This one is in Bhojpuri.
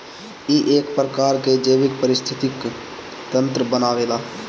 इ एक प्रकार के जैविक परिस्थितिक तंत्र बनावेला